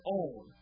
own